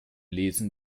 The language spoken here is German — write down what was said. lesen